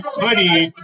hoodie